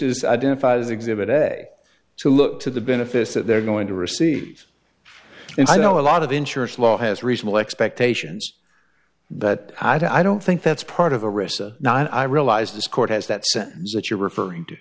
is identified as exhibit a to look to the benefits that they're going to receive and i know a lot of insurance law has reasonable expectations that i don't think that's part of a recess now and i realize this court has that sense that you're referring to